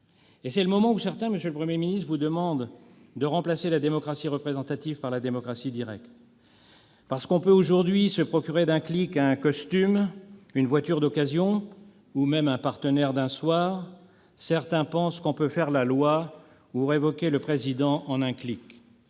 Et c'est le moment où certains, monsieur le Premier ministre, vous demandent de remplacer la démocratie représentative par la démocratie directe. Parce qu'on peut aujourd'hui se procurer d'un clic un costume, une voiture d'occasion ou même un partenaire d'un soir, certains pensent que l'on peut faire la loi ou révoquer le président en un clic.